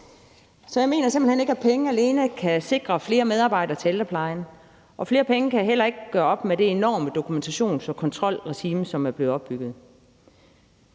Så jeg mener simpelt hen ikke, at penge alene kan sikre flere medarbejdere til ældreplejen. Flere penge kan heller ikke gøre op med det enorme dokumentations- og kontrolregime, som er blevet opbygget.